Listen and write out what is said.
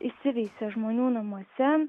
įsiveisė žmonių namuose